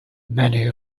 many